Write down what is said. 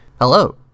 hello